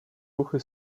ruchy